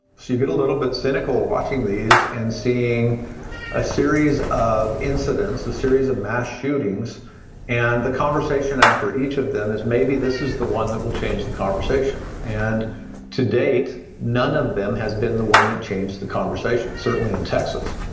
so you get a little bit cynical watching these and seeing a series of incidents the series of mass shootings and the conversation after each of them is maybe this is the one that will change the conversation and to date none of them has been the one that changed the conversation certainly in texas